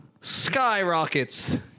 skyrockets